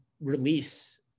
release